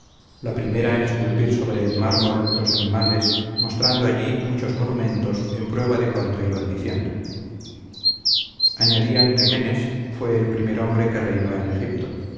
la primera en esculpir sobre el mármol los animales mostrando allí muchos monumentos en prueba de cuanto iban diciendo añadían que menes fue el primer hombre que reinó en egipto